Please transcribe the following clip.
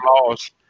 lost